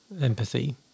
empathy